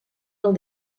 del